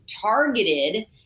targeted